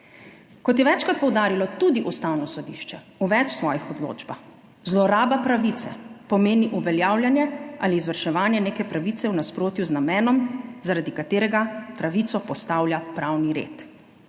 Kot je večkrat poudarilo tudi Ustavno sodišče v več svojih odločbah, zloraba pravice pomeni uveljavljanje ali izvrševanje neke pravice v nasprotju z namenom, zaradi katerega pravico postavlja pravni red.